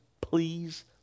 please